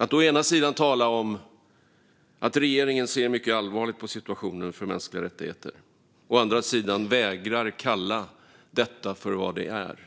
Att å ena sidan tala om att regeringen ser mycket allvarligt på situationen för mänskliga rättigheter och å andra sidan vägra kalla detta för vad det är